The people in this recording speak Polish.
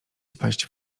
spaść